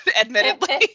admittedly